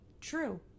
true